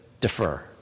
defer